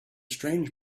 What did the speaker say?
strange